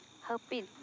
ᱦᱟᱹᱯᱤᱫ